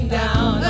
down